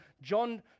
John